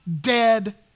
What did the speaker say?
dead